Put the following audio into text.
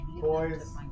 boys